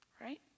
right